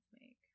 make